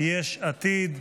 יש עתיד.